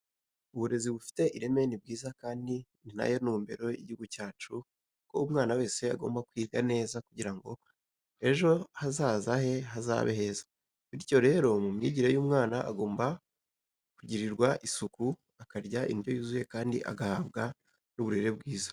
Uburezi bufite ireme ni bwiza kandi ni na yo ntumbero y'igihugu cyacu ko umwana wese agomba kwiga neza kugira ngo ejo hazaza he hazabe heza, bityo rero mu myigire y'umwana agomba kugirirwa isuku, akarya indyo yuzuye kandi agahabwa n'uburere bwiza.